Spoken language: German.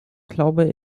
glaube